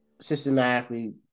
systematically